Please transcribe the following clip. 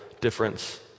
difference